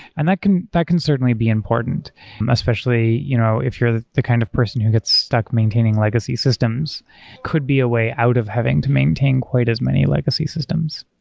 and that can that can certainly be important especially you know if you're the the kind of person who gets stuck maintaining legacy systems could be a way out of having to maintain quite as many legacy systems.